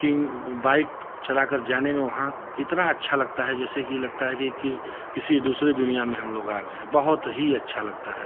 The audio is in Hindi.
की बाइक चला कर जाने में वहाँ इतना अच्छा लगता है जैसे कि लगता है कि किस किसी दूसरे दुनिया में हम लोग आ गए हैं बहुत ही अच्छा लगता है